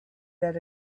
that